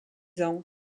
ans